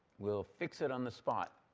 we'll fix it on the spot.